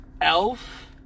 Elf